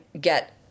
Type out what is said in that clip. get